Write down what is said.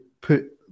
put